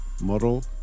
model